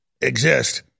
exist